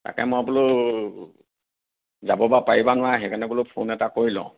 তাকে মই বোলো যাব বা পাৰিবানে নোৱাৰা সেইকাৰণে বোলো ফোন এটা কৰি লওঁ